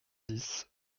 dix